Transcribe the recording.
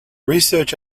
research